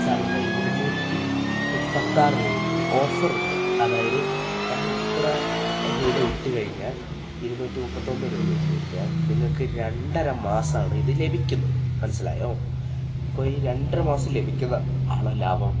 സാറിവിടെ ഇരുന്നൂറ്റി മുപ്പത്താറ് രൂപയ്ക്ക് ഓഫറുണ്ട് അതായത് നമ്മൾ ഇത്ര രൂപ ഇട്ട് കഴിഞ്ഞാൽ ഇരുന്നൂറ്റി മുപ്പത്തൊന്ന് രൂപ ഇട്ടു കഴിഞ്ഞാൽ നിങ്ങൾക്ക് രണ്ടര മാസമാണ് ഇതു ലഭിക്കുന്നത് മനസ്സിലായോ അപ്പോൾ ഈ രണ്ടര മാസം ലഭിക്കുന്നതാണോ ലാഭം